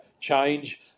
change